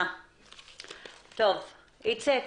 איציק